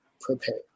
prepared